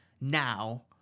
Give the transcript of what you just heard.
now